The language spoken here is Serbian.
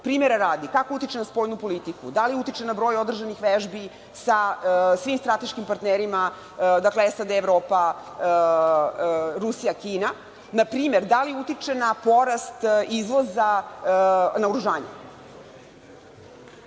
Primera radi – kako utiče na spoljnu politiku, da li utiče na broj održanih vežbi sa svim strateškim partnerima, dakle SAD, Evropa, Rusija, Kina. Na primer, da li utiče na porast izvoza naoružanja? Mislim